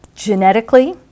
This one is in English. Genetically